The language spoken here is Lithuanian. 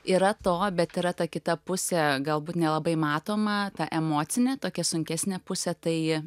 yra to bet yra ta kita pusė galbūt nelabai matoma ta emocinė tokia sunkesnė pusė tai